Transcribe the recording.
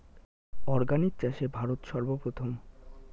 organic চাষে ভারত সর্বপ্রথম